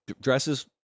dresses